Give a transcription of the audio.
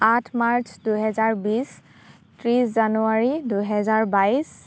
আঠ মাৰ্চ দুহেজাৰ বিছ ত্ৰিছ জানুৱাৰী দুহেজাৰ বাইছ